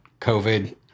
COVID